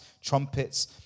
trumpets